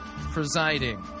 presiding